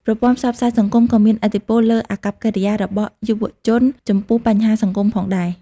ប្រព័ន្ធផ្សព្វផ្សាយសង្គមក៏មានឥទ្ធិពលលើអាកប្បកិរិយារបស់យុវជនចំពោះបញ្ហាសង្គមផងដែរ។